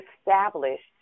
established